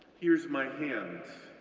here's my hand,